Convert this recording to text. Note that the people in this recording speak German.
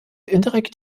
indirekt